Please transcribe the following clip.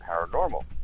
paranormal